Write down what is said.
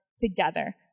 together